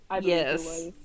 yes